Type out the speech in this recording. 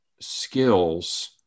skills